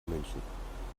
münchen